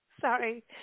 sorry